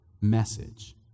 message